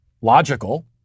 logical